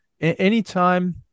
Anytime